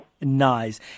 Nice